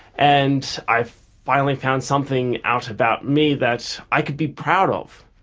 and i finally found something out about me that i could be proud of.